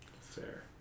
fair